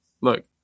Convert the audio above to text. look